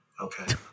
Okay